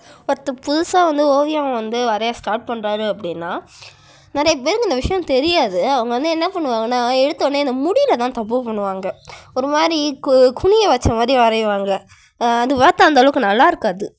ஒருத்தர் புதுசாக வந்து ஓவியம் வந்து வரைய ஸ்டார்ட் பண்றார் அப்படினா நிறைய பேருக்கு இந்த விஷயம் தெரியாது அவங்க வந்து என்ன பண்ணுவாங்ன்னால் எடுத்தோவுனையே அந்த முடியில்தான் தப்பு பண்ணுவாங்க ஒரு மாதிரி கு குனிய வைச்ச மாதிரி வரைவாங்க அது பார்த்த அந்தளவுக்கு நல்லாயிருக்காது